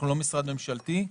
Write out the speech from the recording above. אנחנו לא משרד ממשלתי,